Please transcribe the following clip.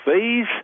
fees